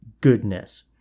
goodness